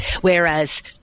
Whereas